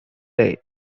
day